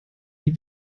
die